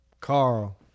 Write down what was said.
Carl